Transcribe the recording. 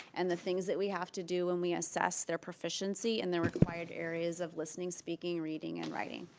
and the things that we have to do when we assess their proficiency and their required areas of listening, speaking, reading and writing.